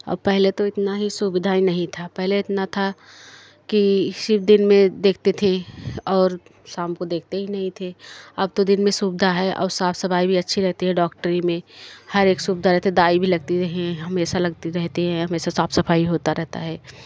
और पहले तो इतना ही सुविधा नहीं था पहले इतना था कि सिर्फ दिन में देखते थे और शाम को देखते ही नहीं थे अब तो दिन में सुविधा है और साफ सफाई भी अच्छी रहती है डॉक्टरी में हर एक सुविधा रहती है तो दाई भी लगती रहीं है हमेशा लगती रहती है हमेशा साफ सफाई होता रहता है